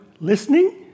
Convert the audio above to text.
listening